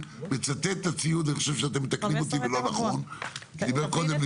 לימור סון הר מלך (עוצמה יהודית): גם המשפחה,